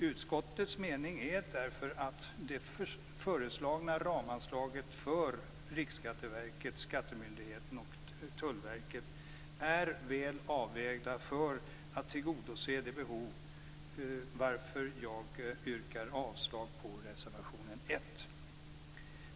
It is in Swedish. Utskottets mening är därför att det föreslagna ramanslaget för Riksskatteverket, skattemyndigheterna och Tullverket är väl avvägt för att tillgodose det behovet, varför jag yrkar avslag på reservation 1.